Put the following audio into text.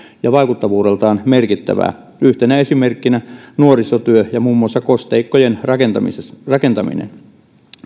ja vaikuttavuudeltaan merkittävää yhtenä esimerkkinä nuorisotyö ja muun muassa kosteikkojen rakentaminen